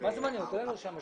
מ-1994.